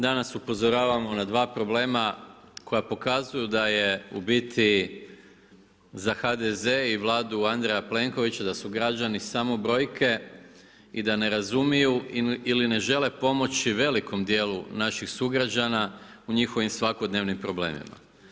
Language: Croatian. Danas upozoravamo na 2 problema koji pokazuju da je u biti za HDZ i Vladu Andreja Plenkovića da su građani samo brojke ili da ne razumiju ili ne žele pomoći velikom dijelu naših sugrađana u njihovim svakodnevnim problemima.